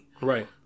Right